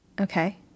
Okay